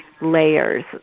layers